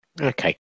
Okay